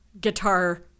guitar